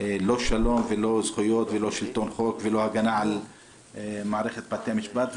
לא שלום ולא זכויות ולא שלטון חוק ולא הגנה על מערכת בתי המשפט.